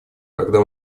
когда